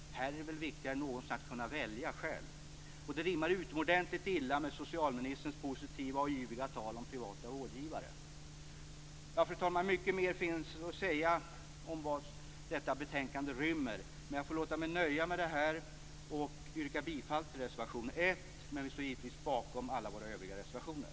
Här är det viktigare än någonsin att kunna välja själv. Det rimmar utomordentligt illa med socialministerns positiva, yviga tal om privata vårdgivare. Fru talman! Mycket mer finns att säga om det som tas upp i betänkandet, men jag får låta mig nöja här. Jag yrkar bifall till reservation nr 1, men vi står givetvis bakom alla våra reservationer.